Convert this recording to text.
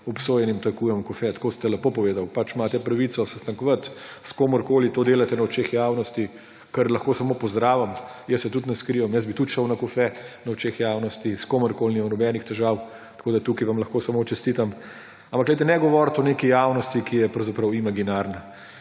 obsojenim tajkunom kofe? Tako ste lepo povedali, imate pravico sestankovati s komerkoli. To delate na očeh javnosti, kar lahko samo pozdravim. Jaz se tudi ne skrivam. Jaz bi tudi šel na kofe na očeh javnosti s komerkoli, nimam nobenih težav. Tako da tukaj vam lahko samo čestitam. Ampak ne govoriti o neki javnosti, ki je pravzaprav imaginarna,